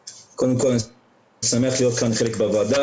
קודם כל אני שמח להיות כאן חלק בוועדה.